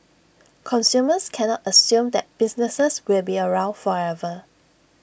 consumers can not assume that businesses will be around forever